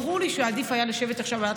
ברור לי שהיה עדיף עכשיו לשבת בוועדת